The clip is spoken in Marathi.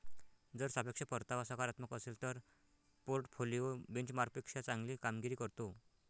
जर सापेक्ष परतावा सकारात्मक असेल तर पोर्टफोलिओ बेंचमार्कपेक्षा चांगली कामगिरी करतो